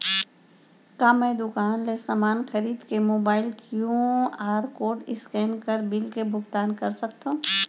का मैं दुकान ले समान खरीद के मोबाइल क्यू.आर कोड स्कैन कर बिल के भुगतान कर सकथव?